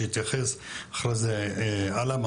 אחרי זה עלם,